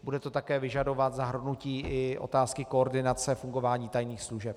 Bude to také vyžadovat i zahrnutí otázky koordinace fungování tajných služeb.